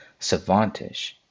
savantish